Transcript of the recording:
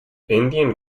indian